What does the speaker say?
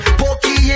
pokey